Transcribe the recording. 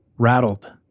rattled